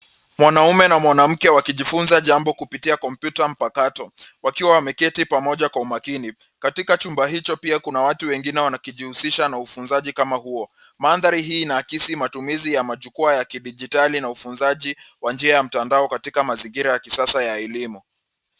Mwanaume na mwanamke wakijfunza jambo kupitia kompyuta mpakato wakiwa wameketi pamoja kwa umakini. Katika chumba hicho pia kuna watu wengine wakijihusisha na ufunzaji kama huo. Mandhari hii inaakisi matumizi ya majukwaa ya kidijitali na ufunzaji kwa njia ya mtandao katika mazingira ya kisasa ya elimu.